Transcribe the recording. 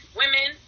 women